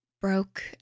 broke